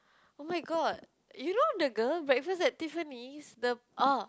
oh-my-god you know the girl Breakfast at Tiffany's the ah